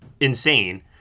insane